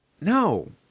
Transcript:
No